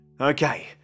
okay